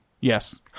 Yes